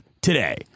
today